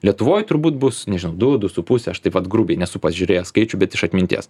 lietuvoj turbūt bus nežinau du su puse aš taip vat grubiai nesu pažiūrėjęs skaičių bet iš atminties